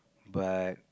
but